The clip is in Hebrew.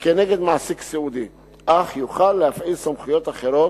כנגד מעסיק סיעודי אך יוכל להפעיל סמכויות אחרות,